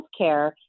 healthcare